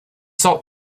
salt